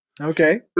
Okay